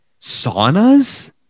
saunas